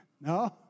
No